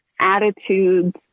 attitudes